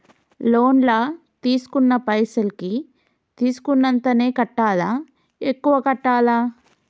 Loan లా తీస్కున్న పైసల్ కి తీస్కున్నంతనే కట్టాలా? ఎక్కువ కట్టాలా?